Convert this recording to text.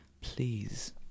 please